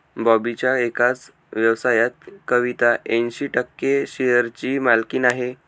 बॉबीच्या एकाच व्यवसायात कविता ऐंशी टक्के शेअरची मालकीण आहे